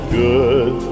good